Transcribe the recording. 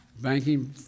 banking